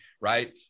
Right